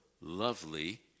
lovely